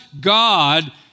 God